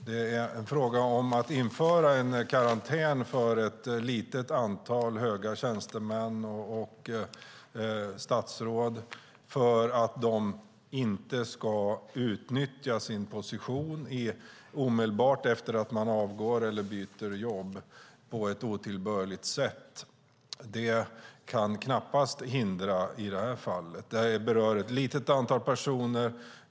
Det handlar om att införa en karantän för ett litet antal höga tjänstemän och statsråd för att de inte ska utnyttja sin position omedelbart efter att de har avgått eller att de byter jobb på ett otillbörligt sätt. Det kan knappast hindra i det här fallet. Det här berör ett litet antal personer.